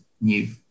new